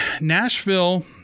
Nashville